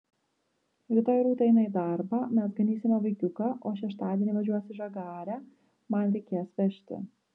rytoj rūta eina į darbą mes ganysime vaikiuką o šeštadienį važiuos į žagarę man reikės vežti